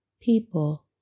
people